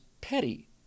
petty